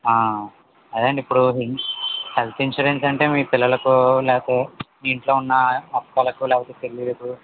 అదే అండి ఇపుడు హెల్త్ ఇన్సూరెన్స్ అంటే మీ పిల్లలకు లేకపోతే మీ ఇంట్లో ఉన్న అక్కలకు లేకపోతే చెల్లెళ్ళకు